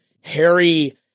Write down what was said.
Harry